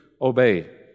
obey